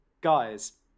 Guys